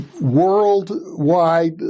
worldwide